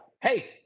Hey